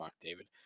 david